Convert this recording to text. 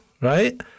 Right